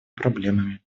проблемами